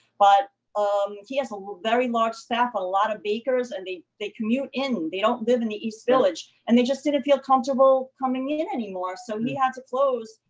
but um he has a very large staff, a lot of bakers and they they commute in. they don't live in the east village and they just didn't feel comfortable coming in anymore, so he had to close.